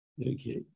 Okay